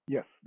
Yes